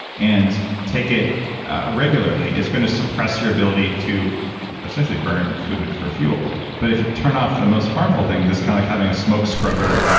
and take it regularly, it's gonna suppress your ability to essentially burn food for fuel, but if you turn off the most harmful things it's kind of like having a smoke scrubber,